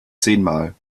zehnmal